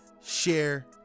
share